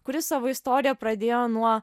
kuris savo istoriją pradėjo nuo